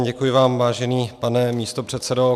Děkuji vám, vážený pane místopředsedo.